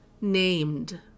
named